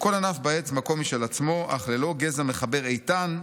לכל ענף בעץ מקום משל עצמו, אך ללא גזע מחבר איתן,